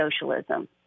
socialism